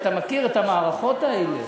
אתה מכיר את המערכות האלה.